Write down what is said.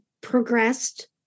progressed